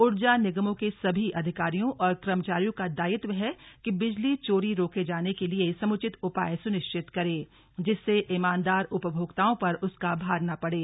ऊर्जा निगमों के सभी अधिकारियों और कर्मचारियों का दायित्व है कि बिजली चोरी रोके जाने के लिए समुचित उपाय सुनिश्चित करें जिससे ईमानदार उपभोक्ताओं पर उसका भार न पड़े